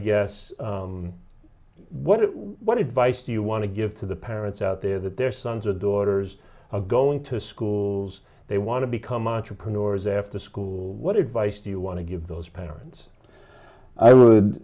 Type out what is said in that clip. guess what what advice do you want to give to the parents out there that their sons or daughters are going to schools they want to become entrepreneurs after school what advice do you want to give those parents i would